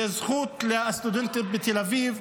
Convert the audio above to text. זו זכות לסטודנטים בתל אביב,